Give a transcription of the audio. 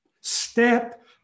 step